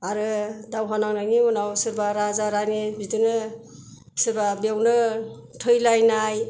आरो दावहा नांनायनि उनाव सोरबा राजा रानि बिदिनो सोरबा बेयावनो थैलायनाय